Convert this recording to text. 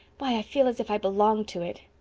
why, i feel as if i belonged to it.